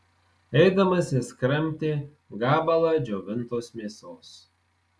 eidamas jis kramtė gabalą džiovintos mėsos